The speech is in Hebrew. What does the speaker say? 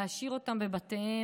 יכול להשאיר אותן בבתיהן,